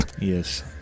Yes